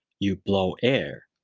you blow air.